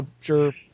sure